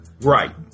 Right